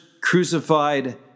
crucified